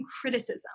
criticism